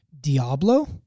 Diablo